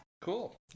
Cool